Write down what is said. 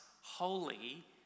holy